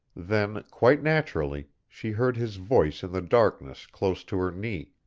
then, quite naturally, she heard his voice in the darkness close to her knee.